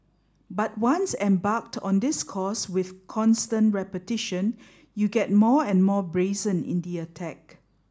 but once embarked on this course with constant repetition you get more and more brazen in the attack